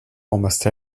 almost